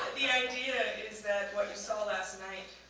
the idea is that what you saw last night